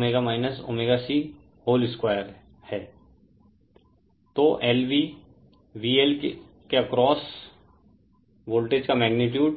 Refer Slide Time 1334 तोLV VL के across voltage का मैगनीटुड